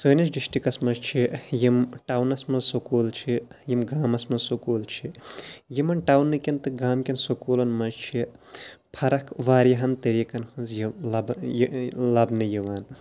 سٲنِس ڈِسٹرکَس مَنٛز چھِ یِم ٹاونَس مَنٛز سکوٗل چھِ یِم گامَس مَنٛز سکوٗل چھِ یِمَن ٹاونکٮ۪ن تہٕ گامکٮ۪ن سکوٗلَن مَنٛز چھِ فرق واریَہَن طریقَن ہٕنٛز لَبنہٕ یِوان